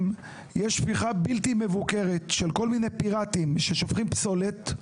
יש שפיכה בלתי מבוקרת של כל מיני פיראטים ששופכים פסולת.